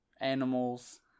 animals